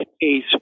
case